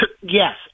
yes